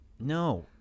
no